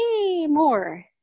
more